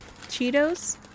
Cheetos